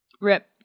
Rip